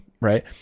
right